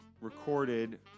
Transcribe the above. recorded